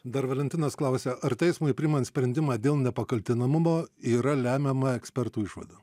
dar valentinas klausia ar teismui priimant sprendimą dėl nepakaltinamumo yra lemiama ekspertų išvada